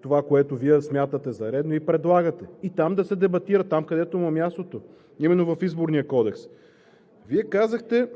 това, което смятате за редно и предлагате, и там да се дебатира – там, където му е мястото, именно в Изборния кодекс? Вие казахте,